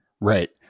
Right